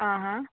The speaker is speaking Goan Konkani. आ हा